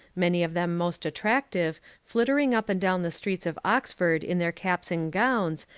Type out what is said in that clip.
many of them most attractive, flittering up and down the streets of oxford in their caps and gowns,